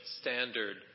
Standard